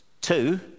two